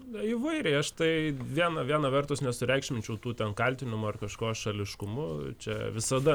na įvairiai aš tai viena viena vertus nesureikšminčiau tų kaltinimų ar kažko šališkumu čia visada